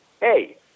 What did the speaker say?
Hey